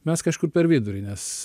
mes kažkur per vidurį nes